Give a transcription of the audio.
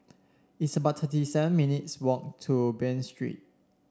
it's about thirty seven minutes' walk to Bain Street